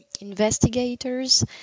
investigators